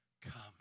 come